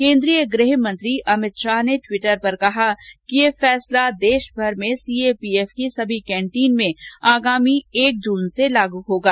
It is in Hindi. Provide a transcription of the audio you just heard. केन्द्रीय गृहमंत्री अमित शाह ने टिवटर पर कहा कि यह फैसला देशभर में सीएपीएफ की सभी कैंटीन में आगामी एक जून से लागू होगा